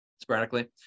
Sporadically